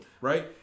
right